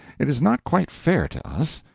it is not quite fair to us.